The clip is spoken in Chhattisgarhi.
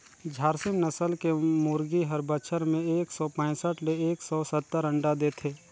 झारसीम नसल के मुरगी हर बच्छर में एक सौ पैसठ ले एक सौ सत्तर अंडा देथे